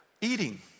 eating